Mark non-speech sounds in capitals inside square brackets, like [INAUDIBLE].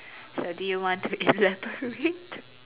so do you want to elaborate [LAUGHS]